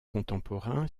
contemporain